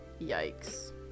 yikes